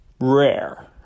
rare